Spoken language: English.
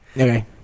Okay